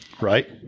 right